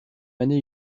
année